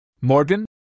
Morgan